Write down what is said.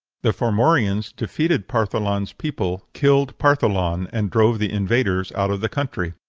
the formorians defeated partholan's people, killed partholan, and drove the invaders out of the country.